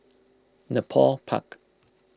Nepal Park